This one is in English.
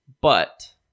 but-